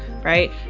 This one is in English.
right